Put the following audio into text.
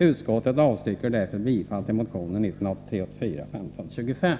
Utskottet avstyrker därför bifall till motion 1983/84:1525.” Utskottet